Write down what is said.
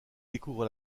découvre